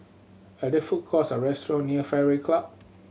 are there food courts or restaurant near Fairway Club